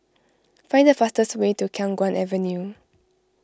find the fastest way to Khiang Guan Avenue